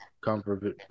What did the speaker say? comfort